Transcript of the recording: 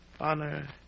honor